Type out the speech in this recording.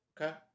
Okay